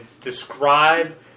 describe